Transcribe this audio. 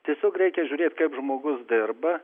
tiesiog reikia žiūrėt kaip žmogus dirba